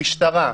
המשטרה,